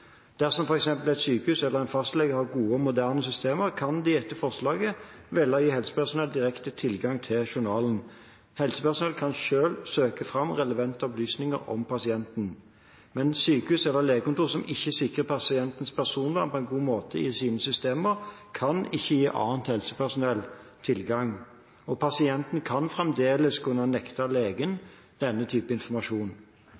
Dersom f.eks. et sykehus eller en fastlege har gode og moderne systemer, kan de etter lovforslaget velge å gi helsepersonell direkte tilgang til journalen. Helsepersonell kan selv søke fram relevante opplysninger om pasienten, men sykehus eller legekontor som ikke sikrer pasientens personvern på en god måte i sine systemer, kan ikke gi annet helsepersonell tilgang, og pasienten vil fremdeles kunne nekte